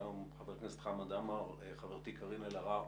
גם חבר הכנסת חמד עמאר וגם חברתי קארין אלהרר,